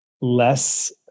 less